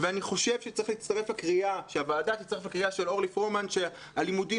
אני חושב שהוועדה צריכה להצטרף לקריאה של אורלי פרומן שהלימודים